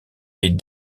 est